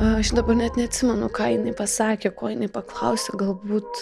aš dabar net neatsimenu ką jinai pasakė ko jinai paklausė galbūt